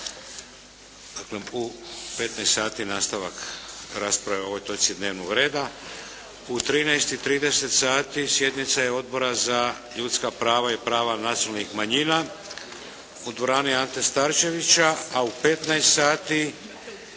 u 15 sati nastavak rasprave o ovoj točci dnevnog reda. U 13,30 sati sjednica je Odbora za ljudska prava i prava nacionalnih manjina u dvorani "Ante Starčevića", a u 15